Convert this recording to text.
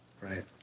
Right